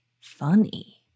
funny